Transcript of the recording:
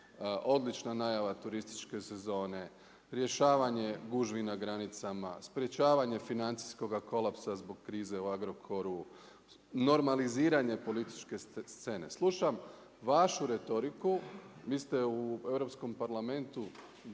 odlična najava turističke sezone, rješavanje gužvi na granicama, sprječavanje financijskoga kolapsa zbog krize u Agrokoru, normaliziranje političke scene. Slušam vašu retoriku, vi ste u Europskom parlamentu